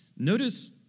Notice